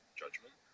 judgment